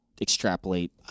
extrapolate